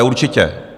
Určitě.